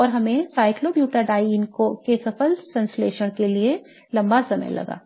और हमें cyclobutadiene के सफल संश्लेषण में एक लंबा समय लगा